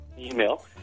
Email